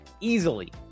easily